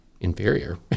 inferior